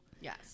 Yes